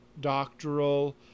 doctoral